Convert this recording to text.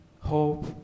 hope